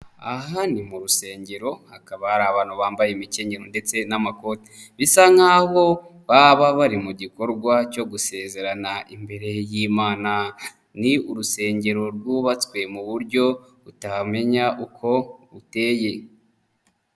Aha ni mu rusengero, hakaba hari abantu bambaye imikenyero ndetse n'amakoti, bisa nkaho baba bari mu gikorwa cyo gusezerana imbere y'Imana. Ni urusengero rwubatswe mu buryo utamenya uko buteye.